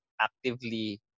actively